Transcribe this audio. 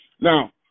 Now